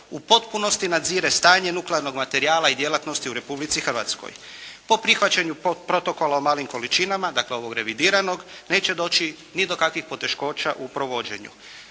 u potpunosti nadzire stanje nuklearnog materijala i djelatnosti u Republici Hrvatskoj. Po prihvaćanju Protokola o malim količinama, dakle ovog revidiranog neće doći ni do kakvih poteškoća u provođenju.